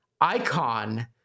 icon